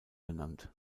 benannt